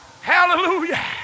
Hallelujah